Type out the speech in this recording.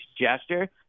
gesture